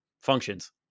Functions